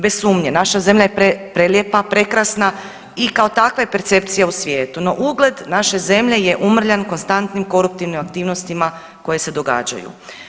Bez sumnje, naša zemlja je prelijepa, prekrasna i kao takva je percepcija u svijetu, no ugled naše zemlje je umrljan konstantnim koruptivnim aktivnostima koje se događaju.